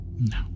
No